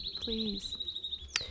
Please